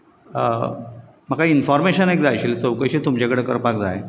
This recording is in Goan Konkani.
म्हाका इन्फोर्मेशन एक जाय आशिल्लें चवकशी तुमचे कडेन करपाक जाय